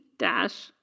dash